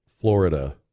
florida